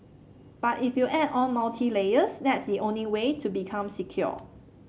but if you add on multiple layers that's the only way to become secure